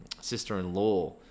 sister-in-law